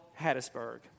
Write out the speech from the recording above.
Hattiesburg